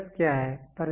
trueness क्या है